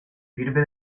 sirve